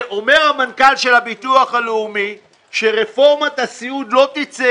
אומר המנכ"ל של הביטוח הלאומי שרפורמת הסיעוד לא תצא